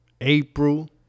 April